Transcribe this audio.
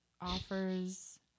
offers